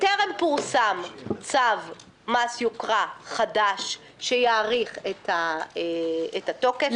טרם פורסם צו מס יוקרה חדש שיאריך את התוקף.